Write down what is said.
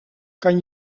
kan